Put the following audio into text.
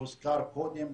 הוזכר קודם,